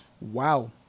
Wow